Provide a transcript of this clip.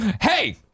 Hey